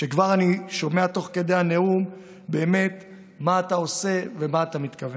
שכבר אני שומע תוך כדי הנאום באמת מה אתה עושה ומה אתה מתכוון.